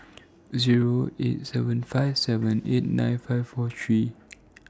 Zero eight seven five seven eight nine five four three